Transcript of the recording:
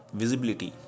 visibility